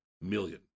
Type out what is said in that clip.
million